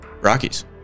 Rockies